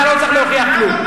אתה לא צריך להוכיח כלום.